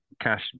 cash